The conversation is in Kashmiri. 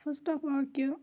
فٔسٹہٕ آف آل کہِ